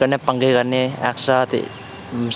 कन्नै पंगे करने एक्स्ट्रा ते